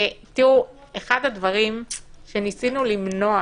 אחד הדברים שניסינו למנוע